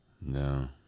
no